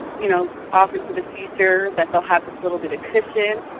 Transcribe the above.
you know, off into the future, that they'll have this little bit of cushion.